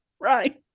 right